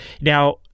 Now